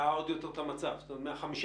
כאמור, ביולי 2018 התפרסם דוח מבקר המדינה.